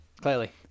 clearly